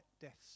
Death's